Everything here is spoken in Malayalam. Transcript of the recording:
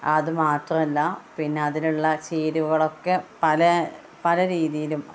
അത് മാത്രമല്ല പിന്നെ അതിനുള്ള ചേരുവകളൊക്കെ പല പല രീതിയിലും